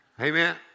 Amen